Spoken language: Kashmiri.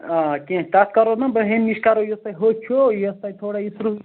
آ کیٚنٛہہ تَتھ کَرو نَہ بہٕ ہیٚمہِ نِش کَرو یُس تۄہہِ ہوٚچھ چھُ یَتھ تۄہہِ تھوڑا یہِ سٕرٛہُل